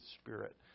spirit